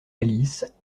alice